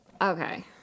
Okay